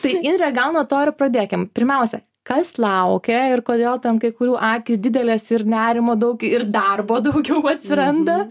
tai indre gal nuo to ir pradėkim pirmiausia kas laukia ir kodėl ten kai kurių akys didelės ir nerimo daug ir darbo daugiau atsiranda